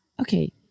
okay